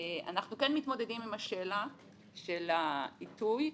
אנחנו כן מתמודדים עם השאלה של העיתוי.